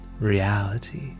reality